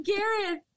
Garrett